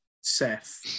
Seth